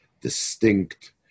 distinct